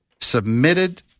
submitted